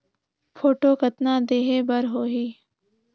Photo कतना देहें बर होहि?